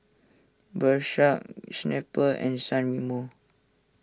Snapple and San Remo